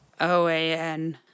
oan